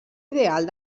ideal